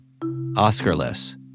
Oscarless